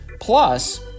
plus